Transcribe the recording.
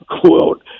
quote